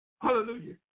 Hallelujah